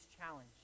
challenge